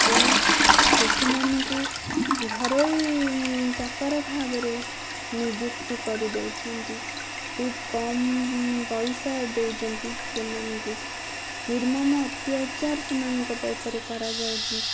ତେଣୁ ଶିଶୁମାନଙ୍କୁ ଘରୋଇ ଚାକର ଭାବରେ ନିଯୁକ୍ତି କରିଦେଉଛନ୍ତି ଖୁବ କମ ପଇସା ଦେଉଛନ୍ତି ସେମାନଙ୍କୁ ନିର୍ମମ ଅତ୍ୟାଚାର ସେମାନଙ୍କ ଉପରେ କରାଯାଉଛି